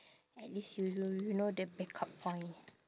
at least you know you know the backup point